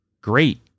great